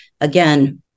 again